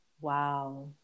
Wow